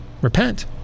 Repent